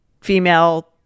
female